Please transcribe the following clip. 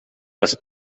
les